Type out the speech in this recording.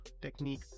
technique